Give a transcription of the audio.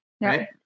right